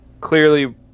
clearly